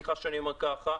וסליחה שאני אומר כך: